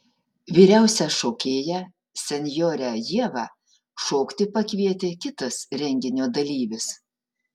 vyriausią šokėją senjorę ievą šokti pakvietė kitas renginio dalyvis